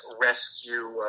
rescue